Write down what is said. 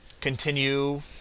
continue